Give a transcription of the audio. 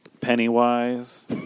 Pennywise